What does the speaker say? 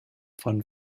von